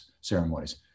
ceremonies